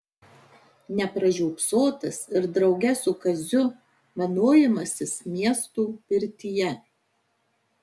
nepražiopsotas ir drauge su kaziu vanojimasis miesto pirtyje